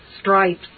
stripes